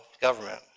government